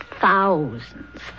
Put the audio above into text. Thousands